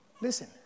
Listen